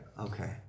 Okay